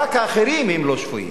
רק האחרים הם לא שפויים.